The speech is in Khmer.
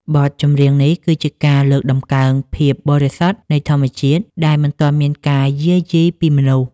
បទចម្រៀងនេះគឺជាការលើកតម្កើងភាពបរិសុទ្ធនៃធម្មជាតិដែលមិនទាន់មានការយាយីពីមនុស្ស។